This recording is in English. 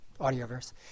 audioverse